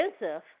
expensive